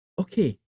okay